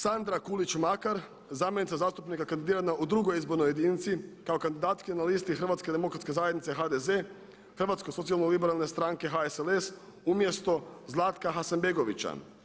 Sandra Kulić Makar zamjenica zastupnika kandidirana u drugoj izbornoj jedinici kao kandidatkinja na listi Hrvatske demokratske zajednice, HDZ, Hrvatsko socijalno-liberalne stranke, HSLS umjesto Zlatka Hasanbegovića.